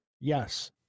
Yes